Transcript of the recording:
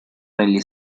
negli